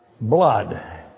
Blood